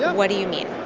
so what do you mean?